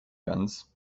guns